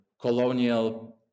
colonial